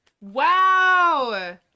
wow